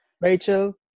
Rachel